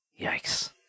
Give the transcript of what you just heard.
Yikes